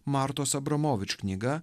martos abramovič knyga